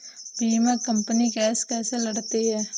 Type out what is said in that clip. बीमा company case कैसे लड़ती है?